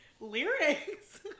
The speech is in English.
lyrics